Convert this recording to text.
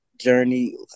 journey